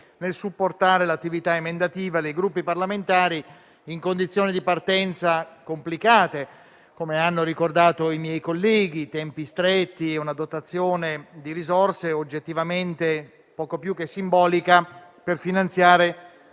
nel supportare l'attività emendativa dei Gruppi parlamentari, in condizioni di partenza complicate, come hanno ricordato i miei colleghi: tempi stretti e una dotazione di risorse oggettivamente poco più che simbolica per finanziare